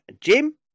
Jim